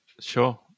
Sure